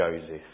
Joseph